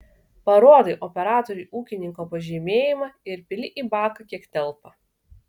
parodai operatoriui ūkininko pažymėjimą ir pili į baką kiek telpa